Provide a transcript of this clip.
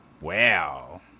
wow